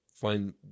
find